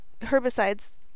herbicides